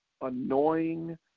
annoying